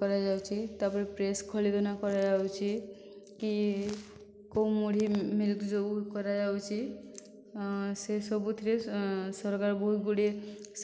କରାଯାଉଛି ତା ପରେ ପ୍ରେସ ଖଲି ଦନା କରାଯାଉଛି କି କେଉଁ ମୁଢ଼ି ମିଲ୍ ଯେଉଁ କରାଯାଉଛି ସେ ସବୁଥିରେ ସରକାର ବହୁତ ଗୁଡ଼ିଏ